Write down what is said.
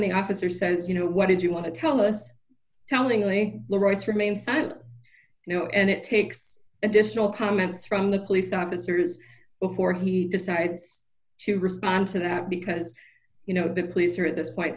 the officer says you know what did you want to tell us tellingly the rights remain silent you know and it takes additional comments from the police officers before he decides to respond to that because you know the police are at this point